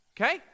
Okay